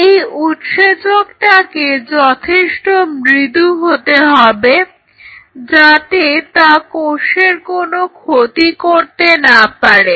এই উৎসেচকটাকে যথেষ্ট মৃদু হতে হবে যাতে তা কোষের কোনো ক্ষতি করতে না পারে